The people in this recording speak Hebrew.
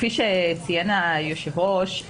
כפי שציין היושב-ראש,